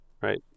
right